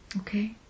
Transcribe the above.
Okay